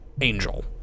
Angel